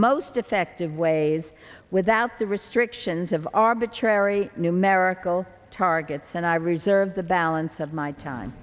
most effective ways without the restrictions of arbitrary numerical targets and i reserve the balance of my time